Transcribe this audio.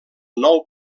nou